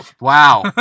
Wow